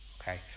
Okay